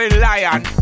Lion